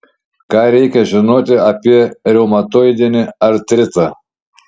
ką reikia žinoti apie reumatoidinį artritą